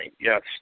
Yes